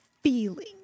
feeling